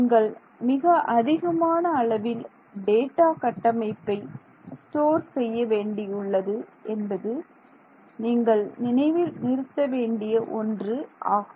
நீங்கள் மிக அதிகமான அளவில் டேட்டா கட்டமைப்பை ஸ்டோர் செய்ய வேண்டியுள்ளது என்பது நீங்கள் நினைவில் நிறுத்த வேண்டிய ஒன்று ஆகும்